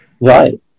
Right